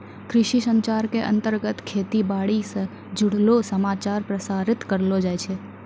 कृषि संचार के अंतर्गत खेती बाड़ी स जुड़लो समाचार प्रसारित करलो जाय छै